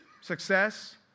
success